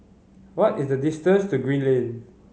what is the distance to Green Lane